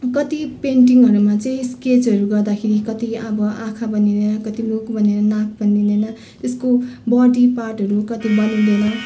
कति पेन्टिङहरूमा चाहिँ स्केचहरू गर्दाखेरि कति अब आँखा बनिँदैन कति मुख बनिँदैन नाक बनिँदैन त्यसको बडी पार्टहरू कति बनिँदैन